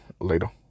Later